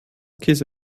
käse